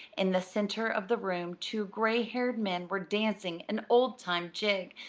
in the center of the room two gray-haired men were dancing an old-time jig,